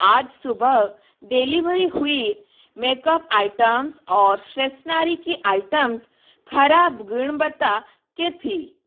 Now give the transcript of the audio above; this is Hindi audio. आज सुबह डेलीवरी हुए मेकअप आइटम्स और सरेसनारी के आइटम्स ख़राब गुणवत्ता के थी